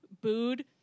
booed